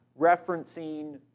referencing